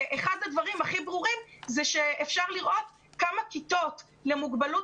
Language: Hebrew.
אחד הדברים הכי ברורים הוא שאפשר לראות כמה כיתות למוגבלות